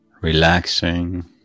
Relaxing